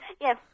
Yes